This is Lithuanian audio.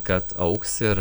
kad augs ir